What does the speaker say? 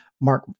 Mark